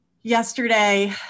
yesterday